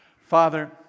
Father